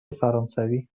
فرانسوی